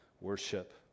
worship